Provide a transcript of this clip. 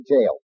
Jail